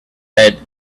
hid